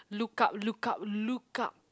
look up look up look up